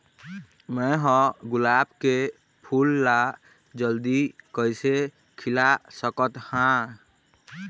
मैं ह गुलाब के फूल ला जल्दी कइसे खिला सकथ हा?